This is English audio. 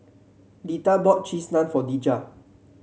Deetta bought Cheese Naan for Dejah